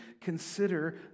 consider